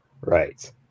Right